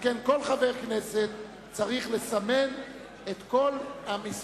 שכן כל חבר כנסת צריך לסמן את כל מספר